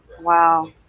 Wow